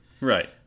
Right